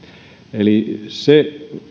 eli se